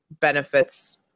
benefits